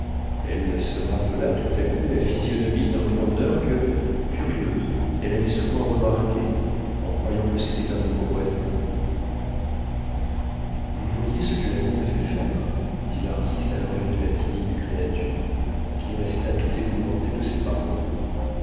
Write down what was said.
elle se rappela tout à coup la physionomie d'un promeneur que curieuse elle avait souvent remarqué en croyant que c'était un nouveau voisin vous voyez ce que l'amour m'a fait faire dit l'artiste à l'oreille de la timide créature qui resta tout épouvantée de ces paroles